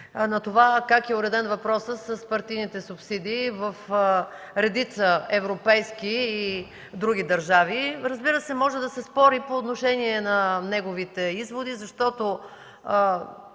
на това как е уреден въпросът с партийните субсидии в редица европейски и други държави. Разбира се, може да се спори по отношение на неговите изводи, защото